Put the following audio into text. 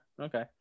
Okay